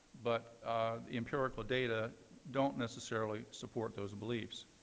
but empirical data don't necessarily support those beliefs.